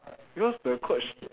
because the coach